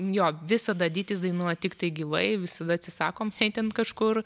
jo visada ditys dainuoja tiktai gyvai visada atsisakom jei ten kažkur